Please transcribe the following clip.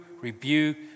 rebuke